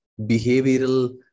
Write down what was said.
behavioral